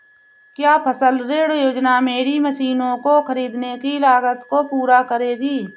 क्या फसल ऋण योजना मेरी मशीनों को ख़रीदने की लागत को पूरा करेगी?